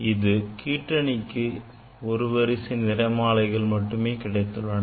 இந்த கீற்றிணிக்கு ஒரு வரிசை நிறமாலைகள் மட்டுமே கிடைத்துள்ளன